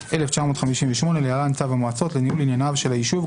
התשי"ח-1958 (להלן צו המועצות) לניהול ענייניו של היישוב.